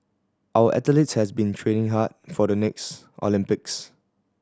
our athletes has been training hard for the next Olympics